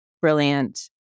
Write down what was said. brilliant